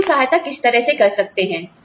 हम आपकी सहायता किस तरह से कर सकते है